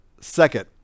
Second